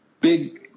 big